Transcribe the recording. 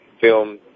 film